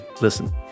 listen